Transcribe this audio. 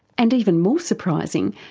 and even more surprising,